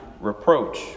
reproach